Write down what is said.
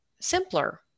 simpler